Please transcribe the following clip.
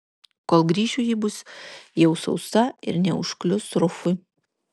kol grįšiu ji bus jau sausa ir neužklius rufui